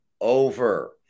over